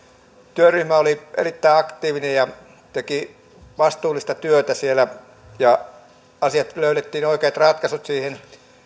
työryhmä oli erittäin aktiivinen ja teki vastuullista työtä ja asioihin löydettiin oikeat ratkaisut